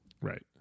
Right